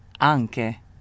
anche